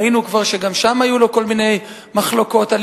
ראינו כבר שגם שם היו לו כל מיני מחלוקות על